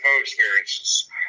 experiences